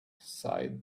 sighed